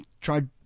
tried